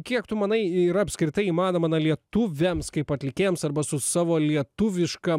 kiek tu manai yra apskritai įmanoma na lietuviams kaip atlikėjams arba su savo lietuviška